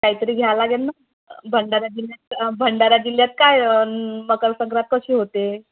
काहीतरी घ्या लागेल ना भंडारा जिल्ह्यात भंडारा जिल्ह्यात काय मकर संक्रांत कशी होते